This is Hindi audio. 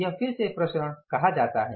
यह फिर से प्रसरण कहा जाता है